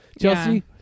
Chelsea